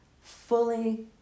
fully